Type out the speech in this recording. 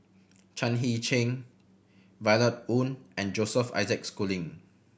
Chan Heng Chee Violet Oon and Joseph Isaac Schooling